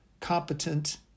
competent